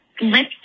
lip